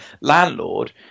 landlord